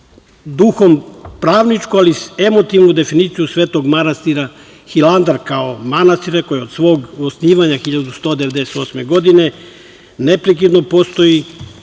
duhom pravničku, ali emotivnu definiciju Svetog manastira Hilandar, kao manastira koji je od svog osnivanja 1198. godine neprekidno postoji